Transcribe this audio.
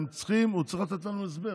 הוא צריך לתת לנו הסבר